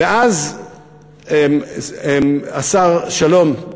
השר שלום,